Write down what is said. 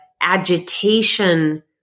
agitation